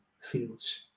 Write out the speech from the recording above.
fields